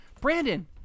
Brandon